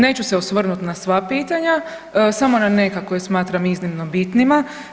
Neću se osvrnuti na sva pitanja, samo na neka koja smatram izuzetno bitnima.